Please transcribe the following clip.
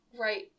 right